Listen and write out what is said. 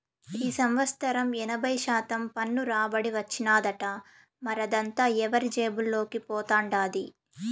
ఈ సంవత్సరం ఎనభై శాతం పన్ను రాబడి వచ్చినాదట, మరదంతా ఎవరి జేబుల్లోకి పోతండాది